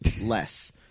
Less